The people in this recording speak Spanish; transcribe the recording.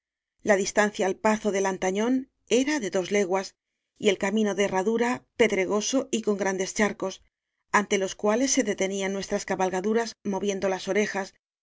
la distancia al pazo de lantañón era de dos leguas y el camino de herradura pedregoso y con gran des charcos ante los cuales se detenían nuestras cabalgaduras moviendo las orejas